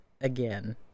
Again